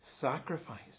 sacrifice